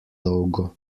dolgo